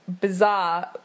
bizarre